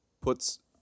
puts